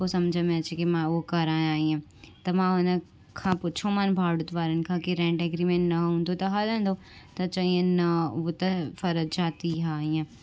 पोइ सम्झ में अचे की मां उहो कया या ईअं त मां हुननि खां पुछो मां भाड़ुत वारनि खां की रेंट एग्रीमेंट न हूंदो त हलंदो त चयनि न उहो त फरचाती आहे हीअं